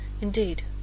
Indeed